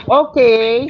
okay